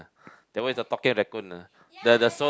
that one is a talking raccoon ah the the